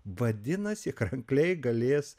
vadinasi krankliai galės